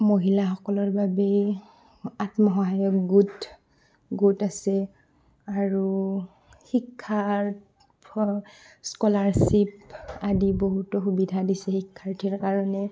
মহিলাসকলৰ বাবে আত্মসহায়ক গোট গোট আছে আৰু শিক্ষাৰ স্কলাৰশ্ৱিপ আদি বহুতো সুবিধা দিছে শিক্ষাৰ্থীৰ কাৰণে